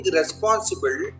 responsible